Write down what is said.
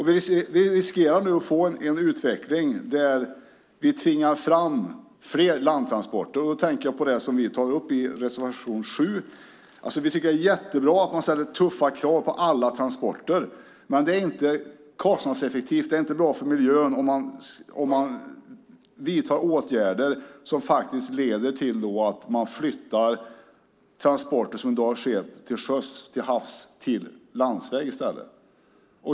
Vi riskerar nu att få en utveckling som tvingar fram fler landtransporter. Då tänker jag på det som vi tar upp i reservation 7. Det är jättebra att man ställer tuffa krav på alla transporter, men det är inte kostnadseffektivt eller bra för miljön om man vidtar åtgärder som leder till att transporter som i dag sker till sjöss flyttas till landsväg.